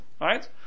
right